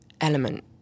element